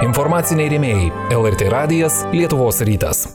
informaciniai rėmėjai el er tė radijas lietuvos rytas